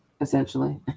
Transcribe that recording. essentially